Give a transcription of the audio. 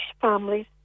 families